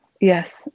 yes